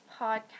podcast